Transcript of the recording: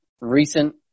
recent